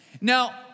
Now